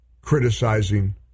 criticizing